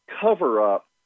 cover-up